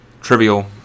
trivial